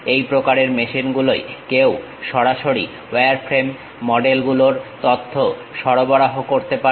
এই প্রকারের মেশিন গুলোয় কেউ সরাসরি ওয়ারমডেল গুলোর তথ্য সরবরাহ করতে পারে